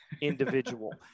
individual